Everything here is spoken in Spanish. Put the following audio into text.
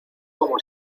como